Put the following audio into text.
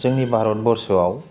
जोंनि भारतबर्षआव